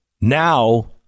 Now